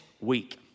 week